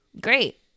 Great